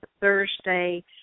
Thursday